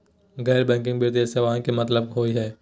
गैर बैंकिंग वित्तीय सेवाएं के का मतलब होई हे?